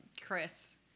Chris